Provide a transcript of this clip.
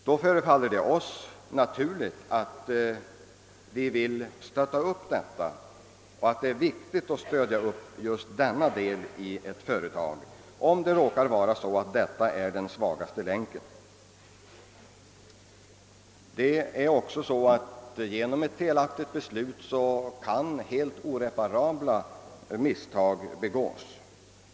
Vi anser det därför naturligt och viktigt att stödja just denna del i ett företag, om det råkar vara så att den är en svag länk i sammanhanget. Genom ett felaktigt beslut kan oreparabla misstag begås.